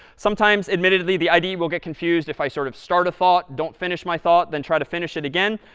sometimes, admittedly, the ide will get confused if i sort of start a thought, don't finish my thought, then try to finish it again.